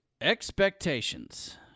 expectations